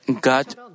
God